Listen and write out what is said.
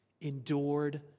endured